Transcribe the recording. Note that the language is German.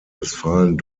westfalen